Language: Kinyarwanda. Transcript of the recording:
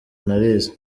narize